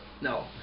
No